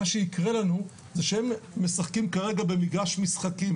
מה שיקרה לנו זה שהם משחקים כרגע במגרש משחקים